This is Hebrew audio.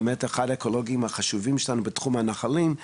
באמת אחד האקולוגים החשובים שלנו בתחום הנחלים,